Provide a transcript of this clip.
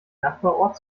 nachbarort